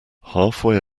halfway